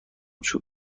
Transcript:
چوب